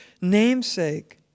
namesake